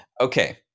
Okay